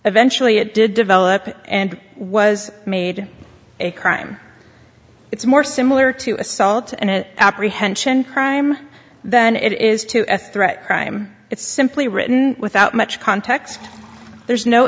eventually it did develop and was made a crime it's more similar to assault and apprehension crime than it is to a threat crime it's simply written without much context there's no